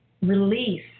release